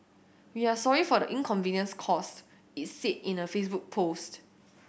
we are sorry for the inconvenience caused it said in a Facebook post